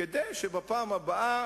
כדי שבפעם הבאה,